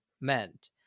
meant